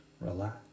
relax